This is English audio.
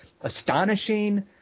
astonishing